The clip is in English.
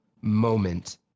moment